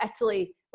Italy